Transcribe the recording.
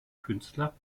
künstler